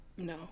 No